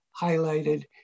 highlighted